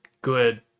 good